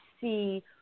see